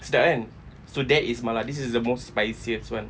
sedap kan so that is mala this is the most spiciest one